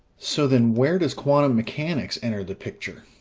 so then, where does quantum mechanics enter the picture?